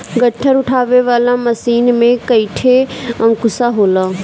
गट्ठर उठावे वाला मशीन में कईठे अंकुशा होला